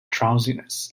drowsiness